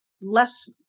less